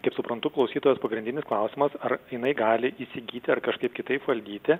kaip suprantu klausytojos pagrindinis klausimas ar jinai gali įsigyti ar kažkaip kitaip valdyti